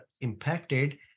impacted